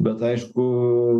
bet aišku